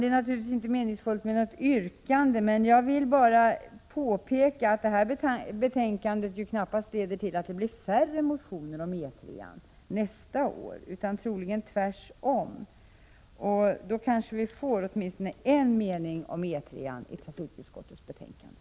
Det är naturligtvis inte meningsfullt att komma med något yrkande, men jag vill påpeka att detta betänkande knappast leder till att det blir färre motioner om E 3 nästa år. Troligen blir det tvärtom. Då kanske vi kan få åtminstone en mening om Europaväg 3 i nästa betänkande.